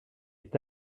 est